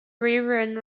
rerun